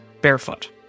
Barefoot